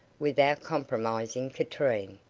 without compromising katrine.